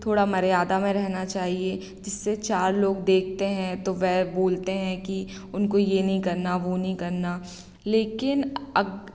थोड़ा मर्यादा में रहना चाहिए जिससे चार लोग देखते हैं तो वह बोलते हैं कि उनको ये नहीं करना वो नहीं करना लेकिन अग